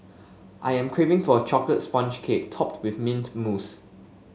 I am craving for a chocolate sponge cake topped with mint mousse